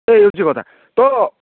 ସେଇ ହେଉଛି କଥା ତ